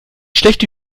schlechte